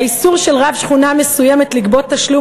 האיסור על רב שכונה מסוימת לגבות תשלום